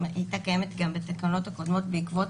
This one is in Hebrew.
היא הייתה קיימת גם בתקנות הקודמות בעקבות